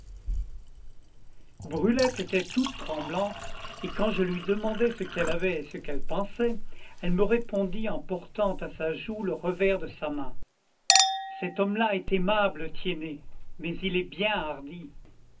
brulette était toute tremblante et quand je lui demandai ce qu'elle avait et ce qu'elle pensait elle me répondit en portant à sa joue le revers de sa main cet homme-là est aimable tiennet mais il est bien hardi